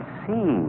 see